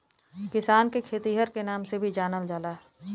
किसान के खेतिहर के नाम से भी लोग जानलन